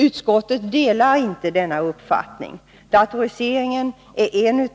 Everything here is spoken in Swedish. Utskottet delar inte denna uppfattning. Datoriseringen är en